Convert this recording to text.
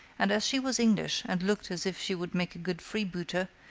and as she was english and looked as if she would make a good freebooter,